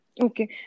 Okay